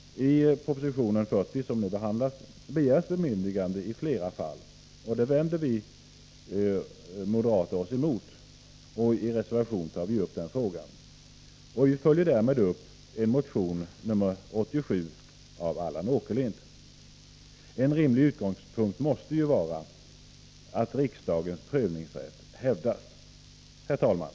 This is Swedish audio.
I proposition 40 som nu behandlas begärs bemyndigande i flera fall. Detta vänder vi moderater oss emot, och i reservation 8 tar vi upp den frågan. Vi följer därmed upp motion 87 av Allan Åkerlind. En rimlig utgångspunkt måste vara att riksdagens prövningsrätt hävdas. Herr talman!